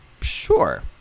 sure